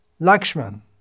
Lakshman